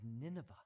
Nineveh